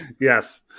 yes